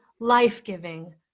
life-giving